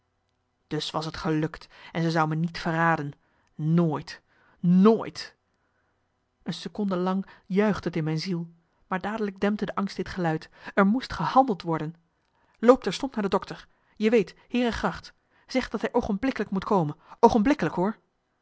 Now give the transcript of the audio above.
dus was t gelukt en ze zou me niet verraden nooit nooit een seconde lang juichte t in mijn ziel maar dadelijk dempte de angst dit geluid er moest gehandeld worden marcellus emants een nagelaten bekentenis loop terstond naar de dokter je weet heerengracht zeg dat hij oogenblikkelijk moet komen oogenblikkelijk hoor